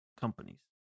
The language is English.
companies